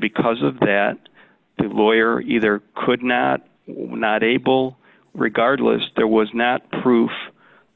because of that the lawyer either could not were not able regardless there was nat proof